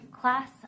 class